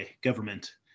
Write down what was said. government